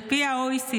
על פי ה-OECD,